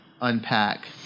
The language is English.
unpack